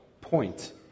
point